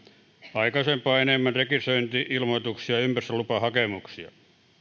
aikaisempaa enemmän rekisteröinti ilmoituksia ja ympäristölupahakemuksia